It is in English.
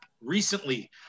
Recently